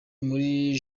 muri